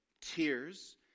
tears